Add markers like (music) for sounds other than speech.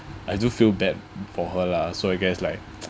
I do feel bad for her lah so I guess like (noise)